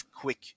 quick